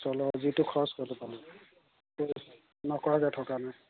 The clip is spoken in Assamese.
চল যিটো খৰচ কৰিলে পালোঁ নকৰা যায় থকা নাই